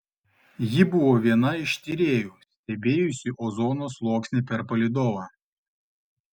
ji buvo viena iš tyrėjų stebėjusių ozono sluoksnį per palydovą